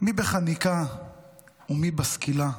מי בחניקה ומי בסקילה".